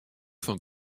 fan